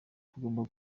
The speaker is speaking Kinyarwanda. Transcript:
tugomba